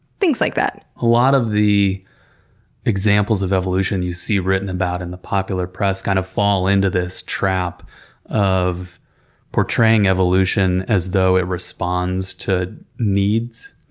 things like that. a lot of the examples of evolution you see written about in the popular press, kind of, fall into this trap of portraying evolution as though it responds to needs.